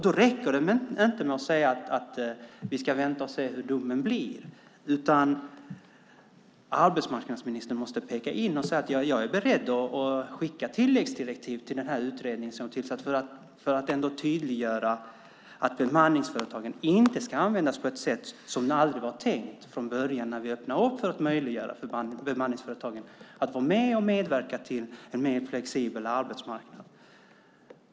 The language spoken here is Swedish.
Då räcker det inte att säga att man ska vänta och se hur domen blir. Arbetsmarknadsministern måste säga att han är beredd att skicka tilläggsdirektiv till utredningen för att tydliggöra att bemanningsföretagen inte ska användas på ett sätt som det inte var tänkt från början när vi öppnade för bemanningsföretagen att vara med och medverka till en mer flexibel arbetsmarknad.